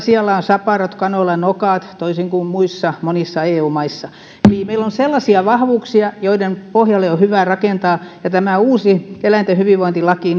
sioilla on saparot ja kanoilla nokat toisin kuin monissa muissa eu maissa eli meillä on sellaisia vahvuuksia joiden pohjalle on hyvä rakentaa ja tämä uusi eläinten hyvinvointilaki